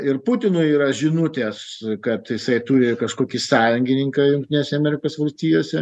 ir putino yra žinutės kad jisai turi kažkokį sąjungininką jungtinėse amerikos valstijose